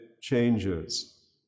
changes